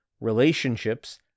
relationships